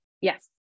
Yes